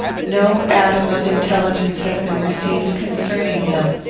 no atom of intelligence has been received concerning him.